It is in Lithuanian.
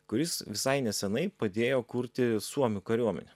kuris visai nesenai padėjo kurti suomių kariuomenę